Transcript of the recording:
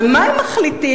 ומה הם מחליטים?